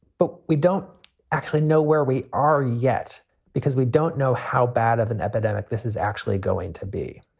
but we don't actually know where we are yet because we don't know how bad of an epidemic this is actually going to be.